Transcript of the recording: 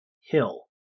hill